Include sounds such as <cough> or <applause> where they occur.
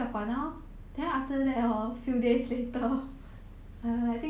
<laughs> 他浪费时间 leh